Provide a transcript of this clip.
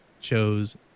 chose